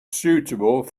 suitable